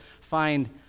find